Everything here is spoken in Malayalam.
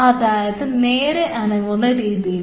അതായത് നേരെ നീങ്ങുന്ന രീതിയിൽ